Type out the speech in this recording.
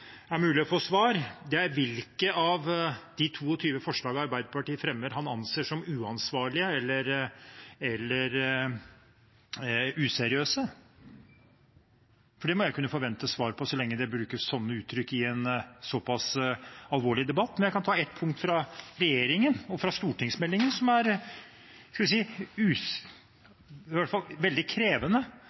er mulig å få svar: Hvilke av de 22 forslagene Arbeiderpartiet fremmer, anser han som uansvarlige eller useriøse? Det må jeg kunne forvente svar på så lenge det brukes slike uttrykk i en såpass alvorlig debatt. Jeg kan nevne et punkt fra stortingsmeldingen som er veldig krevende,